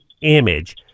image